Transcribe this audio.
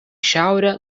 šiaurę